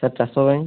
sir ଚାଷ ପାଇଁ